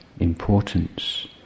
importance